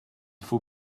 faut